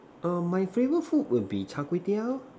err my favorite food would be Char-Kway-Teow